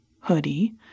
hoodie